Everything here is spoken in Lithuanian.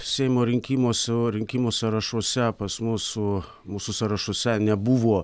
seimo rinkimuose o rinkimų sąrašuose pas mus su mūsų sąrašuose nebuvo